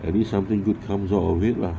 at least something good comes out of it lah